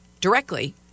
directly